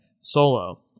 solo